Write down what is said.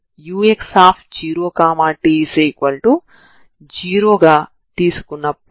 అంటే ఈ xx0 ct0 line నుండి xx0ct0 వరకు ఉంటుంది కాబట్టి మీరు ఈ విధంగా చేస్తారు